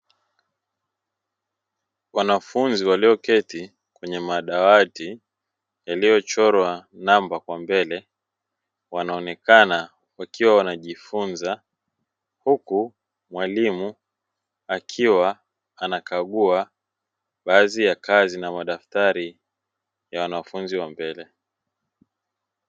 Wanafunzi walioketi kwenye madawati yaliyochorwa namba kwa mbele wanaonekana wakiwa wanajifunza, huku mwalimu akiwa anakagua baadhi ya kazi na madaftari ya wanafunzi wa mbele.